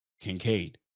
Kincaid